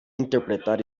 interpretar